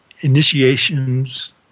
initiations